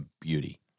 beauty